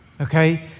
Okay